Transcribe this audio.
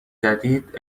جدید